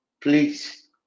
Please